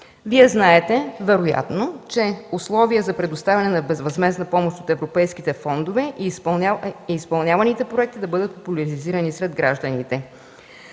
Вие знаете, че условия за предоставяне на безвъзмездна помощ от европейските фондове е изпълняваните проекти да бъдат популяризирани сред гражданите.